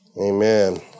Amen